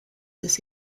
this